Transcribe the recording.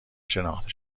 شناخته